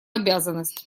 обязанность